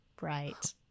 Right